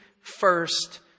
first